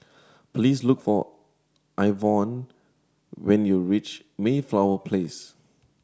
please look for Ivonne when you reach Mayflower Place